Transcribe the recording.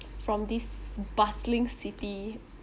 from this bustling city